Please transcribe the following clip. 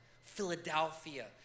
Philadelphia